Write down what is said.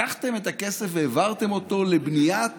לקחתם את הכסף והעברתם אותו לבניית